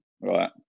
Right